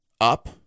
Up